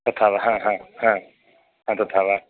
तथा वा तथा वा